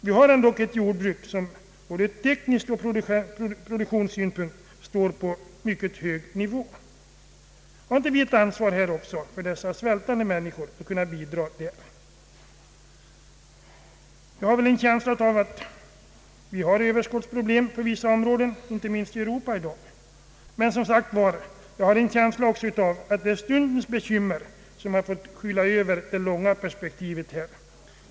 Vi har dock ett jordbruk som ur både teknisk synpunkt och produktionssynpunkt står på en mycket hög nivå. Har inte också vi ett ansvar när det gäller att hjälpa dessa svältande människor? Jag känner till att det finns överskottsproblem på vissa områden i dag, inte minst i Europa. Men jag har också en känsla av att det är stundens bekymmer som fått skyla över det långsiktiga perspektivet.